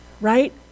right